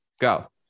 Go